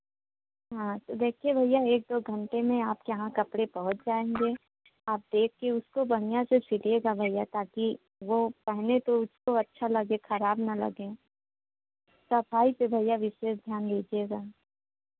हाँ तो देखिए भैया एक दो घंटे मे आपके यहाँ कपड़े पहुँच जाएँगे आप देख कर उसको बढ़ियाँ से सिलिएगा भैया ताकि वो पहने तो उसको अच्छा लगे खराब ना लगे सफाई पर भैया विशेष ध्यान दीजिएगा